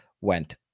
went